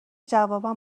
جوابم